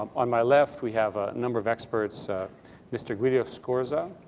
um on my left, we have a number of experts mr. guido scorza,